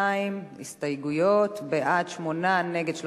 ההצבעה על הסתייגויות לסעיף 2: שמונה בעד, 35 נגד.